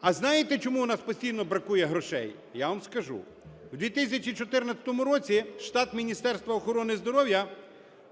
А знаєте, чому у нас постійно бракує грошей? Я вам скажу. В 2014 році штат Міністерства охорони здоров'я